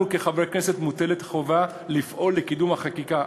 עלינו כחברי כנסת מוטלת חובה לפעול לקידום החקיקה,